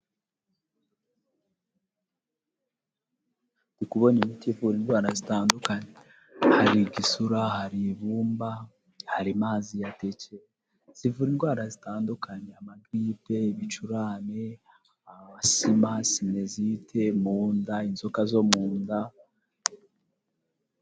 Kubona imiti ivura indwara zitandukanye. Hari igisura, hari ibumba, hari mazi ya teke, zivura indwara zitandukanye amagiripe, ibicurane, asima, sinesite, munda, inzoka zo mu nda.